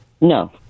No